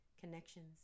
connections